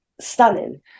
stunning